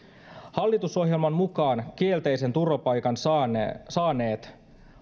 hallitusohjelman mukaan kielteisen turvapaikan saaneet saaneet